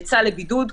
יצא לבידוד,